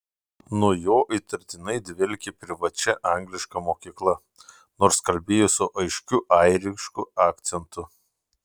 nuo jo įtartinai dvelkė privačia angliška mokykla nors kalbėjo su aiškiu airišku akcentu